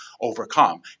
overcome